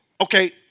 Okay